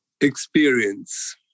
experience